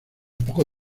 poco